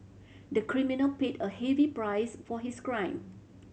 the criminal paid a heavy price for his crime